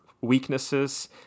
weaknesses